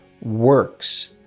Works